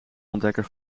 ontdekker